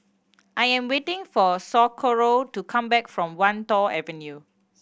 I am waiting for Socorro to come back from Wan Tho Avenue